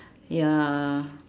ya